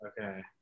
okay